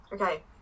Okay